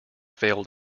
failed